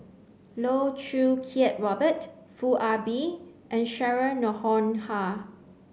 Loh Choo Kiat Robert Foo Ah Bee and Cheryl Noronha